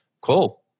Cool